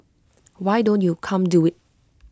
why don't you come do IT